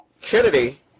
Kennedy